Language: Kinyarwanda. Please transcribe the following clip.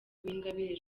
uwingabire